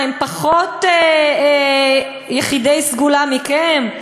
מה, הם פחות יחידי סגולה מכם?